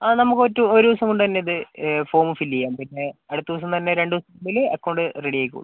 ആ നമുക്ക് ഒറ്റ ഒരു ദിവസം കൊണ്ട് തന്നെ ഇത് ഫോമ് ഫില്ല് ചെയ്യാൻ പിന്നെ അടുത്ത ദിവസം തന്നെ രണ്ടു ദിവസത്തിനുള്ളിൽ അക്കൗണ്ട് റെഡി ആയിക്കോളും